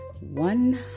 one